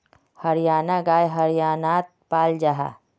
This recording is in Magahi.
हरयाना गाय हर्यानात पाल जाहा